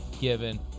given